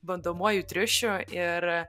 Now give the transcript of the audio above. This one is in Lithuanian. bandomuoju triušiu ir